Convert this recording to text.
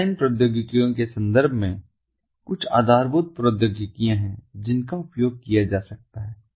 baseline प्रौद्योगिकियों के संदर्भ में कुछ आधारभूत प्रौद्योगिकियाँ हैं जिनका उपयोग किया जा सकता है